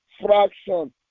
fraction